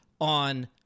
on